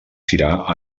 tirar